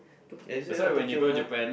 tok~ you said what Tokyo Banana